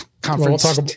conference